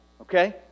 Okay